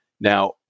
Now